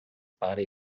para